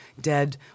dead